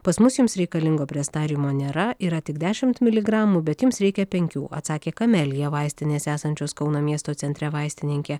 pas mus jums reikalingo prestariumo nėra yra tik dešimt miligramų bet jums reikia penkių atsakė kamelia vaistinės esančios kauno miesto centre vaistininkė